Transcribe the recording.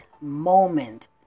moment